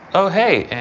oh, hey.